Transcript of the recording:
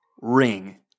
ring